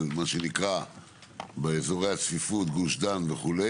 מה שנקרא באזורי הצפיפות בגוש דן וכו',